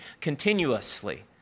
continuously